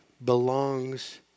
belongs